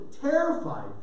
terrified